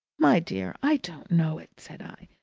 my dear, i don't know it, said i.